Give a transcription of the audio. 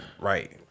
Right